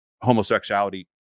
homosexuality